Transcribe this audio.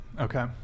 okay